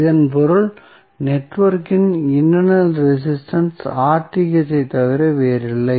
இதன் பொருள் நெட்வொர்க்கின் இன்டெர்னல் ரெசிஸ்டன்ஸ் ஐத் தவிர வேறில்லை